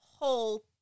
whole